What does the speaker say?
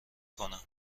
کنم